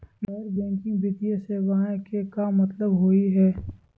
गैर बैंकिंग वित्तीय सेवाएं के का मतलब होई हे?